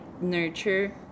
nurture